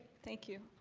thank you,